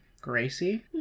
gracie